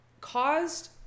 caused